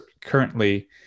currently